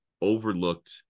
overlooked